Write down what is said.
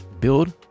build